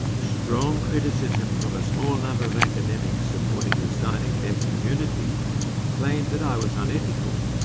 strong criticism from a small number of academics supporting the signing deaf community claimed that i was unethical,